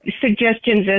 suggestions